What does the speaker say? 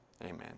amen